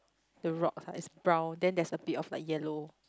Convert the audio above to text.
the rocks ah it's brown then there's a bit of like yellow